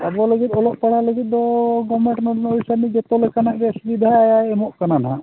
ᱟᱵᱚ ᱞᱟᱹᱜᱤᱫ ᱚᱞᱚᱜ ᱯᱟᱲᱦᱟᱣ ᱞᱟᱹᱜᱤᱫ ᱫᱚ ᱜᱚᱨᱢᱮᱱᱴᱢᱟ ᱡᱚᱛᱚ ᱞᱮᱠᱟᱱᱟᱜ ᱜᱮ ᱥᱩᱵᱤᱫᱟᱭ ᱮᱢᱚᱜ ᱠᱟᱱᱟ ᱦᱟᱜ